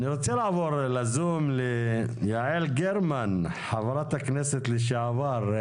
אני רוצה לעבור לזום ליעל גרמן, חברת הכנסת לשעבר.